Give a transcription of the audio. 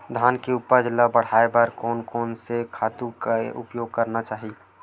धान के उपज ल बढ़ाये बर कोन से खातु के उपयोग करना चाही?